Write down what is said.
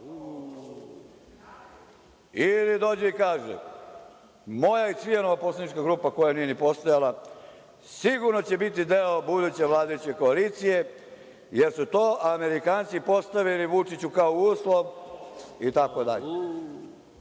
Ili dođe i kaže – moja i Cvijanova poslanička grupa, koja nije ni postojala, sigurno će biti deo buduće vladajuće koalicije jer su to Amerikanci postavili Vučiću kao uslov itd. Ja